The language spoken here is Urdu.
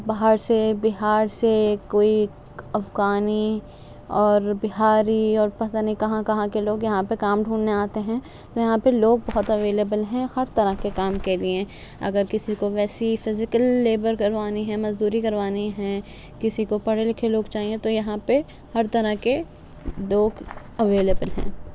باہر سے بہار سے کوئی افغانی اور بہاری اور پتا نہیں کہاں کہاں کے لوگ یہاں پہ کام ڈھونڈھنے آتے ہیں یہاں پہ لوگ بہت اویلیبل ہیں ہر طرح کے کام کے لیے اگر کسی کو ویسی فزیکل لیبر کروانی ہے مزدوری کروانی ہے کسی کو پڑھے لکھے لوگ چاہئے تو یہاں پہ ہر طرح کے لوگ اویلیبل ہیں